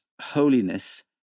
holiness